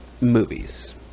movies